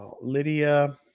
Lydia